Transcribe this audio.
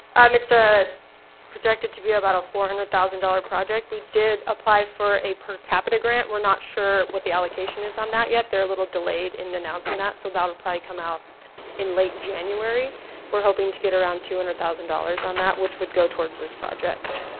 um, it's a projected to be about a four hundred thousand dollars project. we did apply for a per capita grant we're not sure what the allocation is on that yet they're a little delayed and announcing that so that would probably come out in late january. we're hoping to get around two hundred thousand dollars on that which would go towards this project